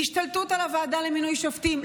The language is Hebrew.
השתלטות על הוועדה למינוי שופטים,